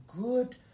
good